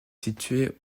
située